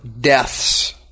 deaths